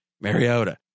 Mariota